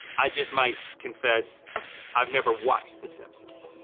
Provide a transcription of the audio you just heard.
i just might confess i've never watched the simpsons.